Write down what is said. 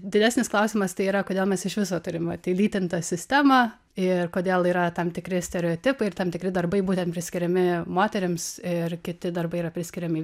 didesnis klausimas tai yra kodėl mes iš viso turim lytintą sistemą ir kodėl yra tam tikri stereotipai ir tam tikri darbai būtent priskiriami moterims ir kiti darbai yra priskiriami